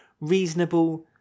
reasonable